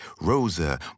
Rosa